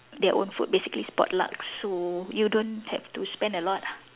their own food basically it's potluck so you don't have to spend a lot ah